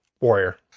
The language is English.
Warrior